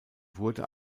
wurde